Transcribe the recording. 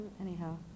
Anyhow